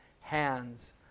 hands